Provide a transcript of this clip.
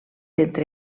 entre